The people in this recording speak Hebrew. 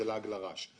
זה לעג לרש.